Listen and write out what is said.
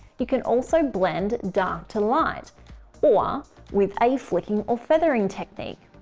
you can also blend dark to light or with a flicking or feathering technique,